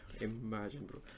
imagine